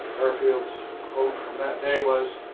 garfield's quote from that day was,